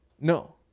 No